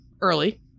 early